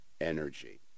energy